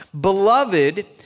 Beloved